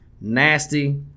nasty